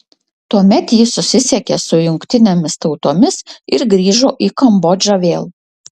tuomet ji susisiekė su jungtinėmis tautomis ir grįžo į kambodžą vėl